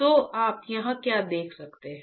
तो आप यहां क्या देख सकते हैं